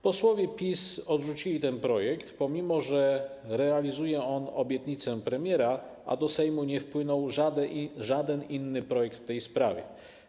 Posłowie PiS odrzucili ten projekt, pomimo że realizuje on obietnicę premiera, a do Sejmu nie wpłynął żaden inny projekt w tej sprawie.